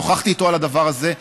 שוחחתי איתו על הדבר הזה.